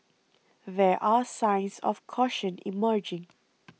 there are signs of caution emerging